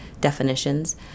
definitions